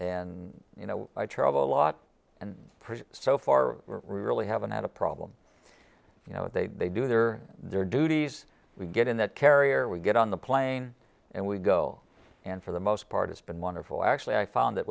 and you know i travel a lot and so far we really haven't had a problem you know they they do their their duties we get in that carrier we get on the plane and we go and for the most part it's been wonderful actually i found that